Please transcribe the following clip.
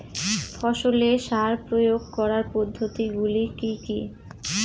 ফসলে সার প্রয়োগ করার পদ্ধতি গুলি কি কী?